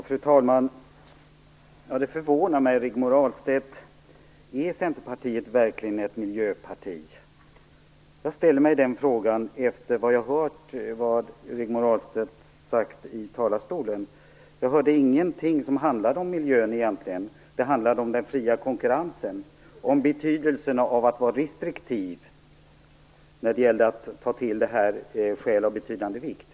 Fru talman! Det här förvånar mig, Rigmor Ahlstedt. Är Centerpartiet verkligen ett miljöparti? Jag ställer mig den frågan efter att ha hört vad Rigmor Ahlstedt sagt i talarstolen. Jag hörde ingenting som egentligen handlade om miljön. Det handlade om den fria konkurrensen och om betydelsen av att vara restriktiv när det gällde att ta till det här med skäl av betydande vikt.